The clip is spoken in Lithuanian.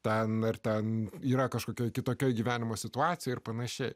ten ir ten yra kažkokia kitokia gyvenimo situacija ir pan